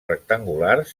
rectangulars